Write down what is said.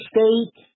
State